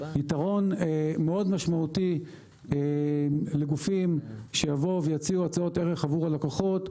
יתרון מאוד משמעותי לגופים שיבואו ויציעו הצעות ערך עבור הלקוחות,